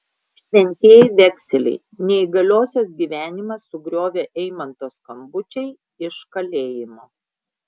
šventieji vekseliai neįgaliosios gyvenimą sugriovė eimanto skambučiai iš kalėjimo